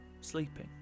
sleeping